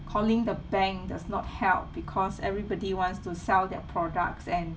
calling the bank does not help because everybody wants to sell their products and